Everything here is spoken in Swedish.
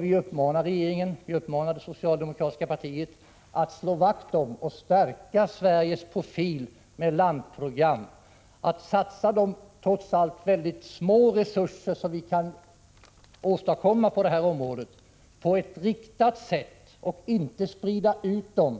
Vi uppmanar regeringen och det socialdemokratiska partiet att slå vakt om och stärka Sveriges profil med landprogram, att satsa de trots allt små resurser som vi kan åstadkomma på det här området på ett riktat sätt och inte sprida ut dem